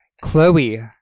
Chloe